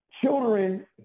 children